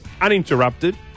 uninterrupted